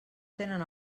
tenen